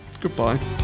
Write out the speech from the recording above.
Goodbye